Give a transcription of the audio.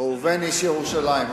ראובן איש ירושלים,